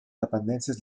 dependències